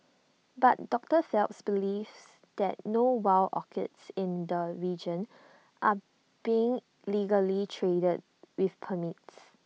but doctor Phelps believes that no wild orchids in the region are being legally traded with permits